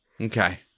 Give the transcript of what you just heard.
Okay